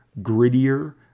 grittier